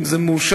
אם זה מאושר,